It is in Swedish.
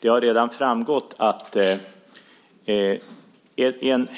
Det har redan framgått och är